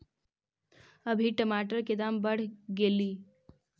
अभी टमाटर के दाम बढ़ गेलइ